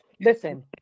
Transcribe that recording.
listen